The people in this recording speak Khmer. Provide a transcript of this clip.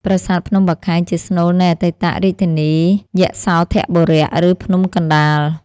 ប្រាសាទភ្នំបាខែងជាស្នូលនៃអតីត រាជធានីយសោធបុរៈ ឬ ភ្នំកណ្តាល។